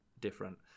different